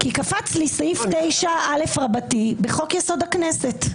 כי קפץ לי סעיף 9א בחוק-יסוד: הכנסת.